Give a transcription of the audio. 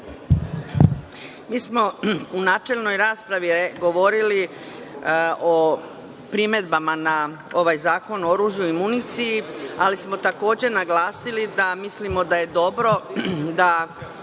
Mi smo u načelnoj raspravi govorili o primedbama na ovoj Zakon o oružju i municiji, ali smo takođe naglasili da mislimo da je dobro, da